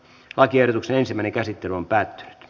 lakiehdotuksen ensimmäinen käsittely päättyi